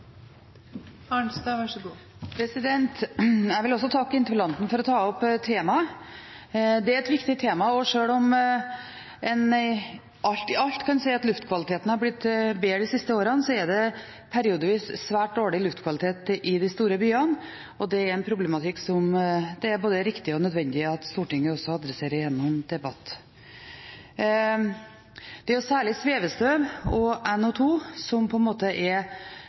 et viktig tema, og sjøl om en alt i alt kan si at luftkvaliteten har blitt bedre de siste årene, er det periodevis svært dårlig luftkvalitet i de store byene. Det er en problematikk som det er både riktig og nødvendig at Stortinget også adresserer gjennom debatt. Det er særlig svevestøv og NO2 som er de største utfordringene. Når det gjelder svevestøv, er det satt i verk en del mulige tiltak. Både piggdekkgebyr, miljøfartsgrense og renhold av veg er